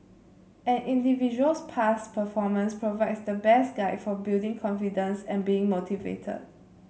an individual's past performance provides the best guide for building confidence and being motivated